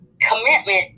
commitment